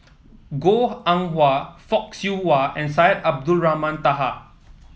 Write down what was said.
Goh Eng Wah Fock Siew Wah and Syed Abdulrahman Taha